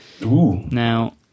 now